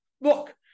Look